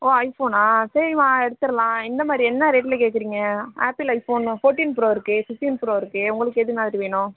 ஓ ஐஃபோனா சரிம்மா எடுத்துரலாம் எந்தமாதிரி என்ன ரேட்டில கேட்குறீங்க ஆப்பிள் ஐஃபோன்னு ஃபோர்ட்டின் ப்ரோ இருக்கு ஃபிஃப்டின் ப்ரோ இருக்கு உங்களுக்கு எதுமாதிரி வேணும்